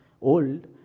old